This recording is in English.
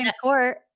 court